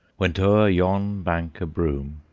went o'er yon bank of broom,